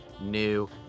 new